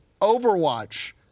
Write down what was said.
Overwatch